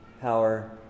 power